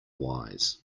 wise